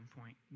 point